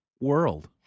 world